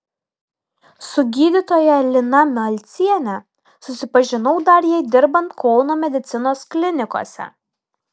su gydytoja lina malciene susipažinau dar jai dirbant kauno medicinos klinikose